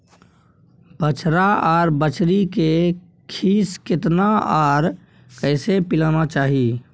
बछरा आर बछरी के खीस केतना आर कैसे पिलाना चाही?